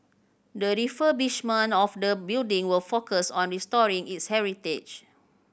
the refurbishment of the building will focus on restoring its heritage